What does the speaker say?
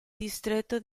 distretto